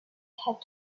had